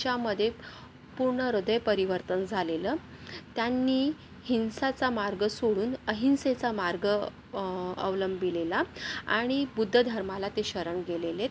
च्यामध्ये पूर्ण हृदय परिवर्तन झालेलं त्यांनी हिंसाचा मार्ग सोडून अहिंसेचा मार्ग अवलंबिलेला आणि बुद्ध धर्माला ते शरण गेलेलेत